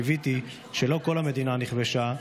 קיוויתי שלא כל המדינה נכבשה,